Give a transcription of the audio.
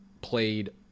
played